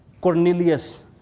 Cornelius